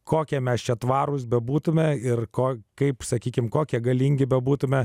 kokią mes čia tvarūs bebūtumėme ir ko kaip sakykime kokie galingi bebūtumėme